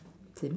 didn't